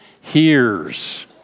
hears